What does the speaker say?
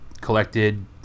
collected